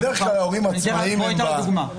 בדרך כלל ההורים העצמאיים הם --- אתן לך דוגמה.